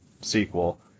sequel